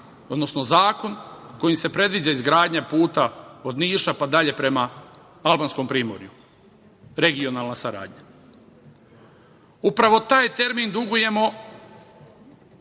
odnosno zakon kojim se predviđa izgradnja puta od Niša pa dalje prema albanskom primorju - regionalna saradnja. Upravo taj termin dugujemo